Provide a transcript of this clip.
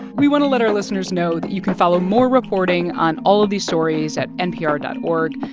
we want to let our listeners know that you can follow more reporting on all of these stories at npr dot org.